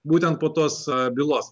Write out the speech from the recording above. būtent po tos bylos